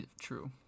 True